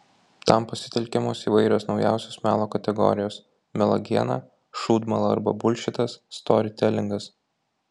tam pasitelkiamos įvairios naujausios melo kategorijos melagiena šūdmala arba bulšitas storytelingas